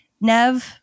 Nev